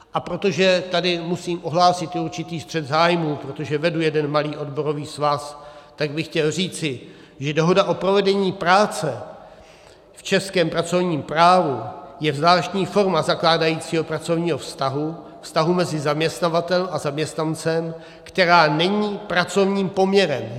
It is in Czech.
A protože tady musím ohlásit i určitý střet zájmů, protože vedu jeden malý odborový svaz, tak bych chtěl říci, že dohoda o provedení práce v českém pracovním právu je zvláštní forma zakládajícího pracovního vztahu, vztahu mezi zaměstnavatelem a zaměstnancem, která není pracovním poměrem.